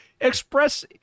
express